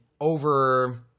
over